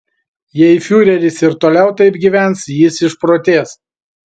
jei fiureris ir toliau taip gyvens jis išprotės